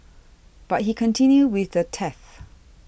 but he continued with the theft